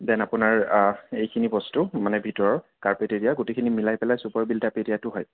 ডেন আপোনাৰ এইখিনি বস্তু মানে ভিতৰৰ কাৰ্পেট এৰিয়া গোটেইখিনি মিলাই পেলাই চুপাৰ বিল্টাপ এৰিয়াটো হয়